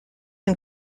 and